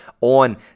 on